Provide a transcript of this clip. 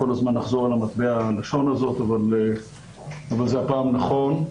כל הזמן לחזור על מטבע הלשון הזאת אבל זה הפעם נכון.